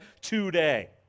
today